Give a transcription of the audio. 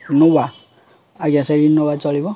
Innova ଆଜ୍ଞା ସେଇ Innova ଚଳିବ